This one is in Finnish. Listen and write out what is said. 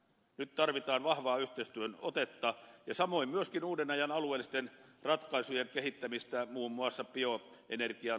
nyt tarvitaan vahvaa yhteistyön otetta ja samoin myöskin uuden ajan alueellisten ratkaisujen kehittämistä muun muassa bioenergiatoiminnan pohjalta